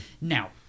Now